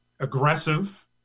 Aggressive